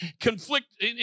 conflict